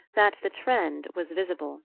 that the trend was visible.